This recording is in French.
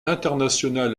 international